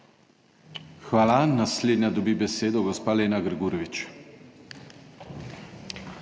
Hvala. Naslednja dobi besedo gospa Lena Grgurevič.